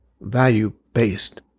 value-based